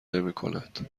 نمیکند